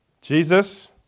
Jesus